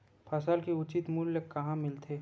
फसल के उचित मूल्य कहां मिलथे?